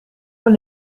con